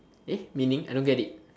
meaning I don't get it